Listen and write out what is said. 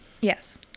Yes